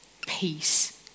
peace